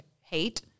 hate